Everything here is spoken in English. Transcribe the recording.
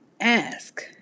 ask